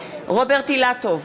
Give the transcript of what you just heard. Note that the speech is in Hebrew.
רוברט אילטוב,